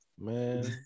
man